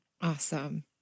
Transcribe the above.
Awesome